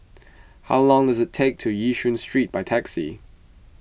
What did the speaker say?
how long does it take to Yishun Street by taxi